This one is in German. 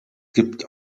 gibt